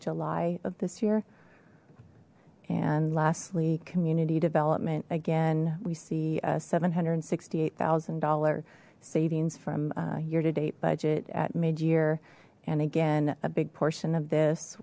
july of this year and lastly community development again we see seven hundred and sixty eight thousand dollar savings from year to date budget at mid year and again a big portion of this